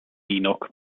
enoch